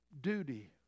duty